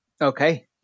Okay